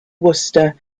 wooster